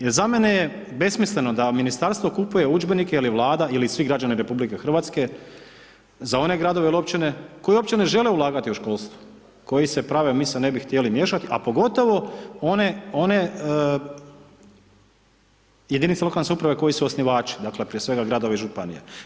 Jer za mene je besmisleno da ministarstvo kupuje udžbenike ili Vlada ili svi građani RH za one gradove il općine koji uopće ne žele ulagati u školstvo, koji se prave mi se ne bi htjeli miješati, a pogotovo one, one jedinice lokalne samouprave koji su osnivači, dakle prije svega gradovi i županije.